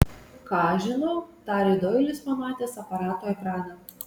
ką aš žinau tarė doilis pamatęs aparato ekraną